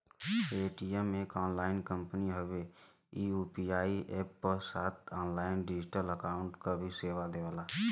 Paytm एक online company हउवे ई यू.पी.आई अप्प क साथ ऑनलाइन डिजिटल अकाउंट क भी सेवा देला